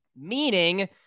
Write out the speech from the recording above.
Meaning